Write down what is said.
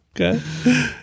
okay